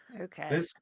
Okay